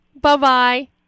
Bye-bye